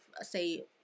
say